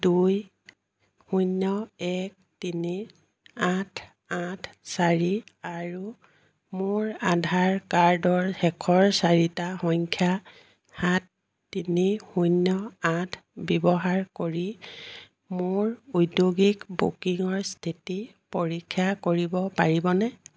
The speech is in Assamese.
দুই শূন্য এক তিনি আঠ আঠ চাৰি আৰু মোৰ আধাৰ কাৰ্ডৰ শেষৰ চাৰিটা সংখ্যা সাত তিনি শূন্য আঠ ব্যৱহাৰ কৰি মোৰ ঔদ্যোগিক বুকিঙৰ স্থিতি পৰীক্ষা কৰিব পাৰিবনে